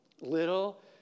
Little